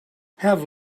have